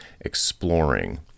exploring